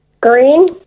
Green